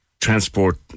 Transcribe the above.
transport